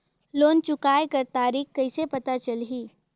Loan चुकाय कर तारीक कइसे पता चलही?